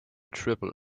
triple